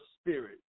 spirit